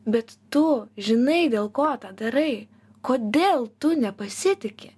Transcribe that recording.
bet tu žinai dėl ko tą darai kodėl tu nepasitiki